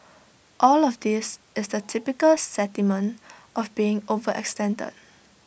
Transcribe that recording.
all of this is the typical sentiment of being overextended